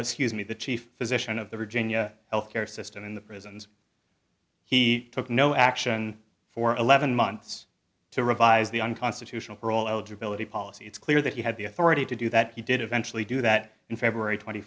scuse me the chief physician of the virginia health care system in the prisons he took no action for eleven months to revise the unconstitutional parole eligibility policy it's clear that you had the authority to do that you did eventually do that in february twenty